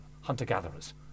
hunter-gatherers